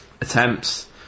Attempts